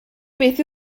beth